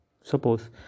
Suppose